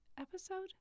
episode